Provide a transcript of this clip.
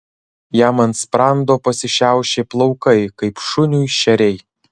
jam ant sprando pasišiaušė plaukai kaip šuniui šeriai